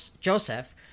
Joseph